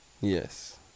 yes